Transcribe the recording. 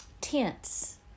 tense